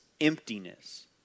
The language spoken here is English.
emptiness